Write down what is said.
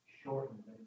shortened